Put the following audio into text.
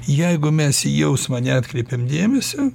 jeigu mes į jausmą neatkreipiam dėmesio